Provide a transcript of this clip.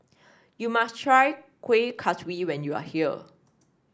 you must try Kuih Kaswi when you are here